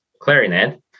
clarinet